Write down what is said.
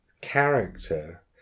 character